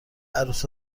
عروس